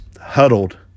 huddled